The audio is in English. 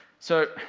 so,